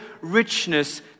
richness